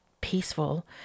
peaceful